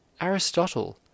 Aristotle